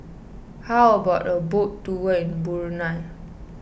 how about a boat tour in Brunei